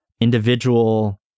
individual